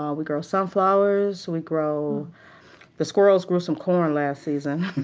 ah we grow sunflowers, we grow the squirrels grew some corn last season.